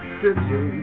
city